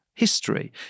history